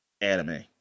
anime